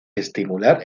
estimular